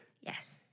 Yes